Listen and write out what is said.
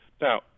Now